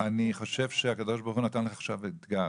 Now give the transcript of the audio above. אני חושב שהקדוש ברוך הוא נתן לך עכשיו אתגר.